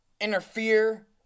interfere